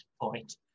point